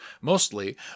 mostly